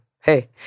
hey